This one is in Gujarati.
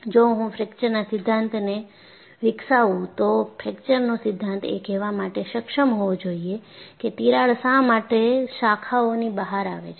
જો હું ફ્રેક્ચરના સિધ્ધાંતને વિકસાવું તો ફ્રેક્ચરનો સિધ્ધાંત એ કહેવા માટે સક્ષમ હોવો જોઈએ કે તિરાડ શા માટે શાખાઓની બહાર આવે છે